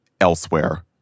elsewhere